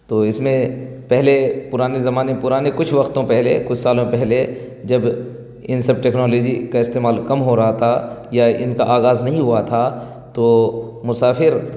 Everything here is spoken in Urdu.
تو اس میں پہلے پرانے زمانے پرانے کچھ وقتوں پہلے کچھ سالوں پہلے جب ان سب ٹیکنالوجی کا استعمال کم ہو رہا تھا یا ان کا آغاز نہیں ہوا تھا تو مسافر